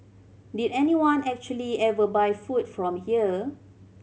did anyone actually ever buy food from here